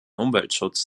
umweltschutz